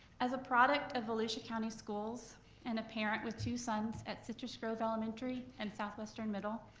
as a product of volusia county schools and a parent with two sons at citrus grove elementary and southwestern middle,